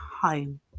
home